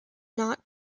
not